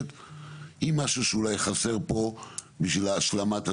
היא משהו שאולי חסר פה בשביל ההשלמה.